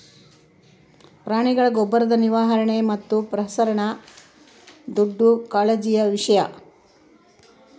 ಪ್ರಾಣಿಗಳ ಗೊಬ್ಬರದ ನಿರ್ವಹಣೆ ಮತ್ತು ಪ್ರಸರಣ ದೊಡ್ಡ ಕಾಳಜಿಯ ವಿಷಯ